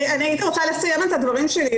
הייתי רוצה לסיים את הדברים שלי.